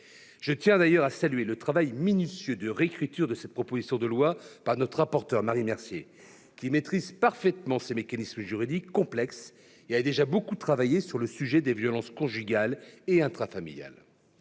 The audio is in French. Je tiens à saluer le travail minutieux de réécriture effectué par notre rapporteur, Marie Mercier, qui maîtrise parfaitement ces mécanismes juridiques complexes, et qui a déjà beaucoup oeuvré sur le sujet des violences conjugales et intrafamiliales.